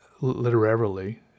Literarily